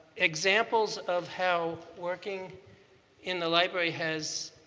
examples of how working in the library has